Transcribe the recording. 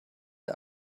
der